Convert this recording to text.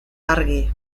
argi